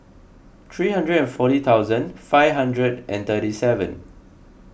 three hundred and forty thousand five hundred and thirty seven